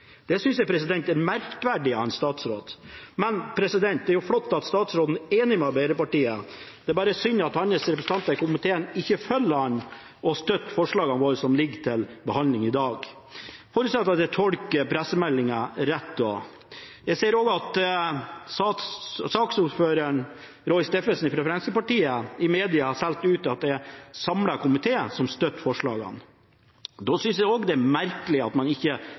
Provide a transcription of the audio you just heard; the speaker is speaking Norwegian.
Det synes jeg er merkverdig av en statsråd. Det er jo flott at statsråden er enig med Arbeiderpartiet, det er bare synd at hans representanter i komiteen ikke følger ham og støtter forslagene våre som ligger til behandling i dag. Jeg forutsetter da at jeg tolker pressemeldingen hans rett. Jeg ser også at saksordføreren, Roy Steffensen fra Fremskrittspartiet, i media har solgt ut at det er en samlet komité som støtter forslagene. Da synes jeg det er merkelig at man ikke